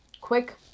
quick